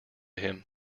him